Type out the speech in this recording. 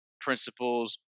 principles